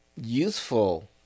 useful